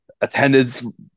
attendance